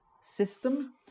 system